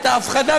את ההפחדה,